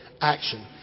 action